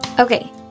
Okay